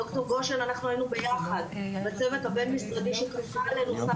דוקטור גושן אנחנו היינו ביחד בצוות הבין משרדי שכפה עלינו שר